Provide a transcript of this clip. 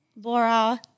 Laura